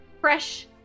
Fresh